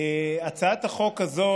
הצעת החוק הזאת,